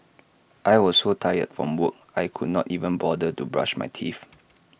I was so tired from work I could not even bother to brush my teeth